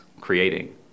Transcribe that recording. creating